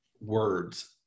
words